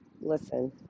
listen